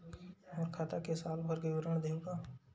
मोर खाता के साल भर के विवरण देहू का?